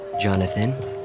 Jonathan